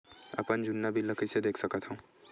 अपन जुन्ना बिल ला कइसे देख सकत हाव?